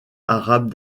arabe